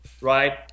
right